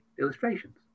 illustrations